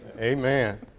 amen